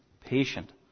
patient